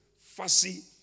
fussy